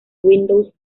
windows